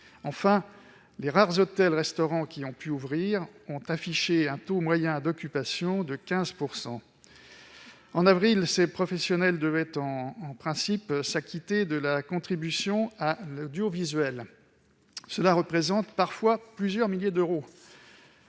Enfin, les rares hôtels-restaurants qui ont pu ouvrir ont affiché un taux moyen d'occupation de 15 %. En avril, ces professionnels devaient en principe s'acquitter de la contribution à l'audiovisuel public, qui représente parfois plusieurs milliers d'euros-